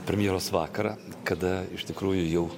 premjeros vakarą kada iš tikrųjų jau